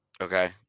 Okay